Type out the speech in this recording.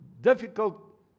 difficult